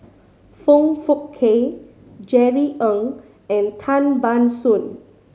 Foong Fook Kay Jerry Ng and Tan Ban Soon